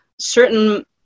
Certain